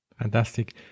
Fantastic